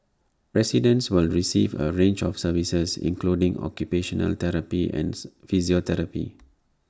residents will receive A range of services including occupational therapy and physiotherapy